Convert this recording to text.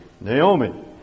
Naomi